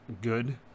good